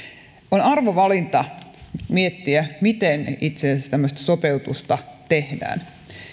on arvovalinta miettiä miten itse asiassa tämmöistä sopeutusta tehdään